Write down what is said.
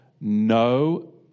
no